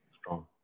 strong